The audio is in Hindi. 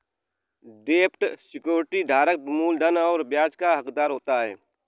डेब्ट सिक्योरिटी धारक मूलधन और ब्याज का हक़दार होता है